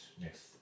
next